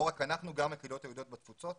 לא רק אנחנו אלא גם הקהילות היהודיות בתפוצות.